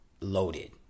loaded